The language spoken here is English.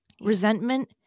Resentment